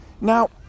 Now